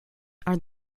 are